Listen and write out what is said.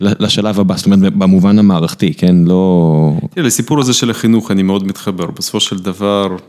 לשלב הבא, זאת אומרת, במובן המערכתי, כן, לא... תראה, לסיפור הזה של החינוך אני מאוד מתחבר, בסופו של דבר...